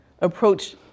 approach